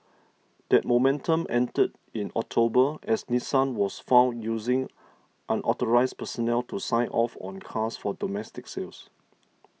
that momentum ended in October as Nissan was found using unauthorised personnel to sign off on cars for domestic sales